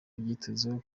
byitezweho